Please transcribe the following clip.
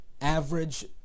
average